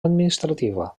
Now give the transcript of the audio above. administrativa